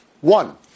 One